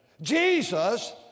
Jesus